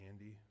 Andy